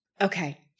Okay